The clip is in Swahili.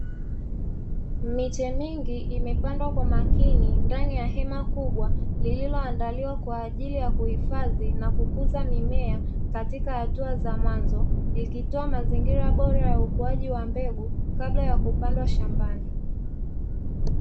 Miche mingi imepandwa kwa makini ndani ya hema kubwa lililoandaliwa kwa ajili ya kuhifadhi na kukuza mimea katika hatua za mwanzo likitoa mazingira bora ya ukuaji wa mbegu kabla ya kupandwa shambani.